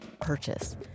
purchase